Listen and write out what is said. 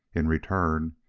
in return,